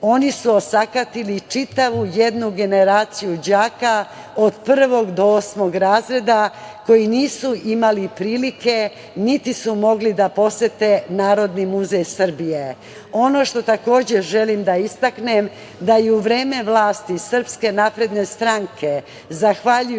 Oni su osakatili čitavu jednu generaciju đaka od prvog do osmog razreda, koji nisu imali prilike niti su mogli da posete Narodni muzej Srbije. Ono što takođe želim da istaknem je da je u vreme vlasti Srpske napredne stranke, zahvaljujući